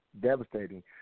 devastating